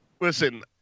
Listen